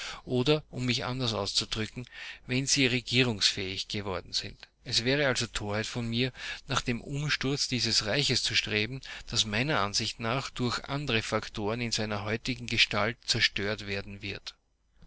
oder um mich anders auszudrücken wenn sie regierungsfähig geworden sind es wäre also torheit von mir nach dem umsturz dieses reiches zu streben das meiner ansicht nach durch andere faktoren in seiner heutigen gestalt zerstört werden wird